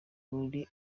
buri